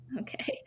Okay